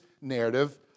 narrative